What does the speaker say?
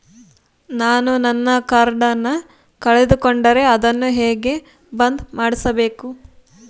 ನಾನು ನನ್ನ ಕಾರ್ಡನ್ನ ಕಳೆದುಕೊಂಡರೆ ಅದನ್ನ ಹೆಂಗ ಬಂದ್ ಮಾಡಿಸಬೇಕು?